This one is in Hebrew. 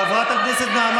חברת הכנסת שרון